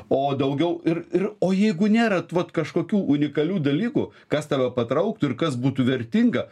o daugiau ir ir o jeigu nėra vat kažkokių unikalių dalykų kas tave patrauktų ir kas būtų vertinga